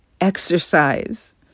exercise